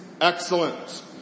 excellent